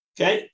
Okay